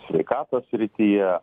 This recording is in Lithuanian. sveikatos srityje